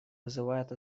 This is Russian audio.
вызывает